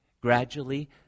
Gradually